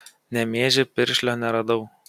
nemėžy piršlio neradau